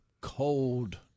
cold